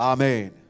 Amen